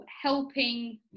helping